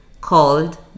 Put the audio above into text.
called